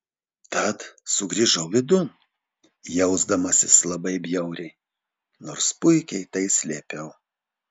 tad sugrįžau vidun jausdamasis labai bjauriai nors puikiai tai slėpiau